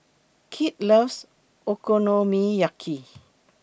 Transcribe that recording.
Kit loves Okonomiyaki